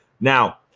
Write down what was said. Now